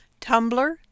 Tumblr